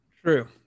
true